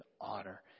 honor